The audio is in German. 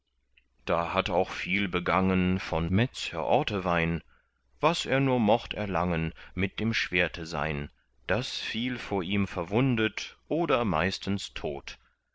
da hat auch viel begangen von metz herr ortewein was er nur mocht erlangen mit dem schwerte sein das fiel vor ihm verwundet oder meistens tot